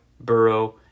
Burrow